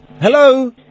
Hello